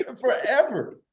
Forever